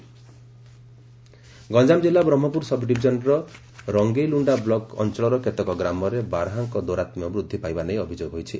ଫସଲହାନୀ ଗଞ୍ଞାମ କିଲ୍ଲ ବ୍ରହ୍କପୁର ସବ୍ଡିଭିଜନ୍ର ରଙ୍ଙେଇଲୁଣ୍ଡା ବ୍ଲକ୍ ଅଞ୍ଚଳର କେତେକ ଗ୍ରାମରେ ବାରାହାଙ୍କ ଦୌରାତ୍କ୍ୟ ବୃଦ୍ଧି ପାଇବା ନେଇ ଅଭିଯୋଗ ହୋଇଛି